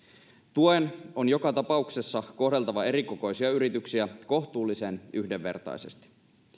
tuen on joka tapauksessa kohdeltava erikokoisia yrityksiä kohtuullisen yhdenvertaisesti